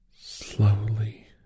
slowly